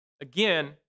Again